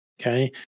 okay